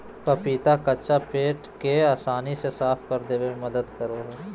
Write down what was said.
पपीता कच्चा पेट के आसानी से साफ होबे में मदद करा हइ